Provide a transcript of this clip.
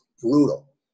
brutal